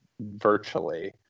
virtually